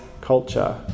culture